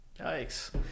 Yikes